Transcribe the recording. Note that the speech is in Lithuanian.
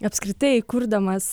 apskritai kurdamas